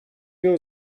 nią